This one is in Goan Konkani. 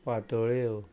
पातोळ्यो